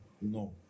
no